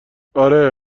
آره